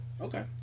Okay